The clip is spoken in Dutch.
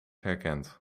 herkent